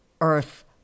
Earth